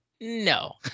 no